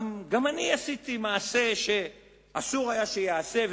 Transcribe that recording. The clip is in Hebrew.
גם אני עשיתי מעשה שאסור היה שייעשה,